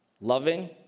loving